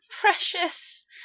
precious